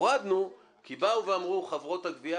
הורדנו כי באו ואמרו חברות הגבייה,